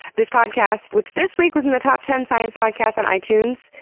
this podcast which this week was in the top ten science podcasts on itunes,